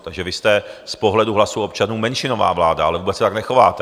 Takže vy jste z pohledu hlasů občanů menšinová vláda, ale vůbec se tak nechováte.